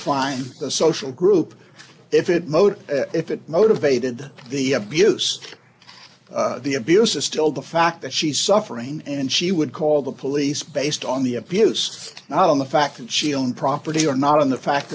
decline the social group if it mowed if it motivated the abuse the abuse is still the fact that she's suffering and she would call the police based on the abuse not on the fact that she owned property or not and the fact